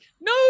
No